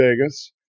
Vegas